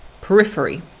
periphery